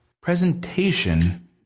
presentation